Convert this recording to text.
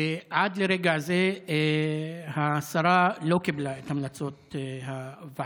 ועד לרגע זה השרה לא קיבלה את המלצות הוועדה.